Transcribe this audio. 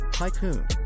tycoon